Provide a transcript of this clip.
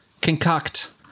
concoct